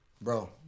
Bro